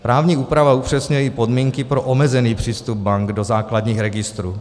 Právní úprava upřesňuje i podmínky pro omezený přístup bank do základních registrů.